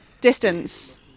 distance